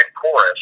chorus